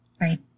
Right